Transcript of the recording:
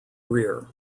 rear